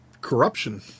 corruption